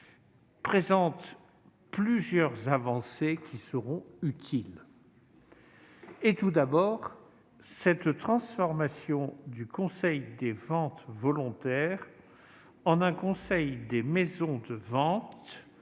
comporte plusieurs avancées qui seront utiles. Je pense tout d'abord à la transformation du Conseil des ventes volontaires en un Conseil des maisons de vente,